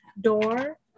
door